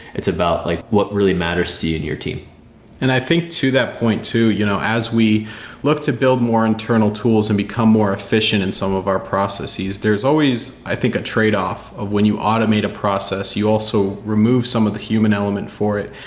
it's about like what really matters to you and your team and i think to that point to, you know as we look to build more internal tools and become more efficient in some of our processes, there's always i think a trade-off of when you automate a process, you also remove some of the human element for it.